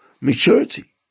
maturity